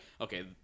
okay